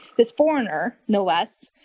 this foreigner, no less,